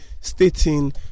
stating